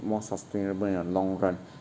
more sustainable in a long run